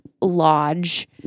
lodge